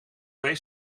twee